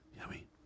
Yummy